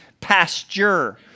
pasture